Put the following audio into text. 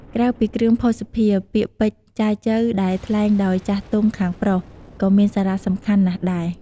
ក្រៅពីគ្រឿងភស្តុភារ ពាក្យពេចន៍ចែចូវ ដែលថ្លែងដោយចាស់ទុំខាងប្រុស ក៏មានសារៈសំខាន់ណាស់ដែរ។